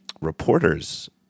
Reporters